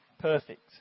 perfect